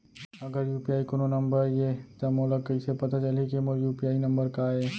अगर यू.पी.आई कोनो नंबर ये त मोला कइसे पता चलही कि मोर यू.पी.आई नंबर का ये?